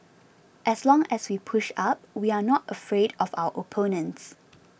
as long as we push up we are not afraid of our opponents